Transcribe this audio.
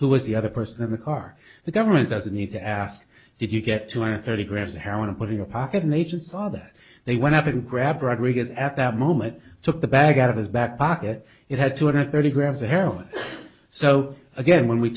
who was the other person in the car the government doesn't need to ask did you get two hundred thirty grams of heroin to put in your pocket an agent saw that they went up and grabbed rodriguez at that moment took the bag out of his back pocket it had two hundred thirty grams of heroin so again when we